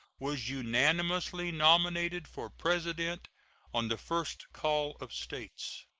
was unanimously nominated for president on the first call of states.